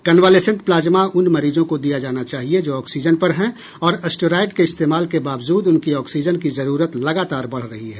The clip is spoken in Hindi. कन्वालेसेंट प्लाज्मा उन मरीजों को दिया जाना चाहिए जो ऑक्सीजन पर हैं और स्टेरॉयड के इस्तेमाल के बावजूद उनकी ऑक्सीजन की जरूरत लगातार बढ़ रही है